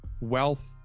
wealth